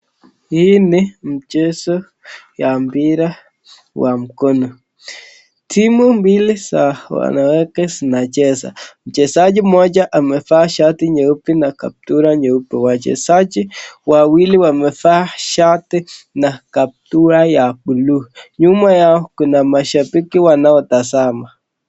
Hii ni mchezo ya mpira wa mkono, timu mbili za wanawake zinacheza. Mchezaji mmoja amevaa shati nyeupe na kaptura nyeupe, wachezaji wawili wamevaa shati na kaptura ya buluu, nyuma yao kuna mashabiki wanao tazama.